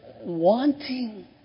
wanting